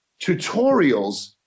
tutorials